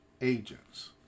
agents